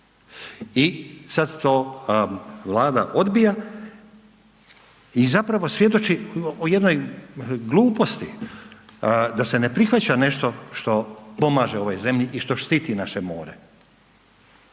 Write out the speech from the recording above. i sad to Vlada odbija i zapravo svjedoči o jednoj gluposti da se ne prihvaća nešto što pomaže ovoj zemlji i što štiti naše more.